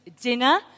dinner